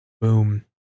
boom